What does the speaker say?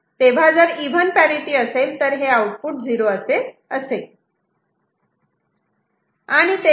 तेव्हा जर even parity असेल तर हे आउटपुट 0 असे असेल